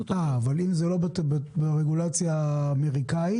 אבל אם זה לא ברגולציה האמריקאית,